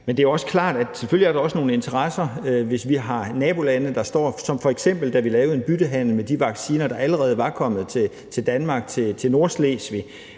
Men det er også klart, at der selvfølgelig også er nogle interesser i forhold til f.eks. nabolande, f.eks. som da vi lavede en byttehandel med de vacciner, der allerede var kommet til Danmark, med Nordslesvig;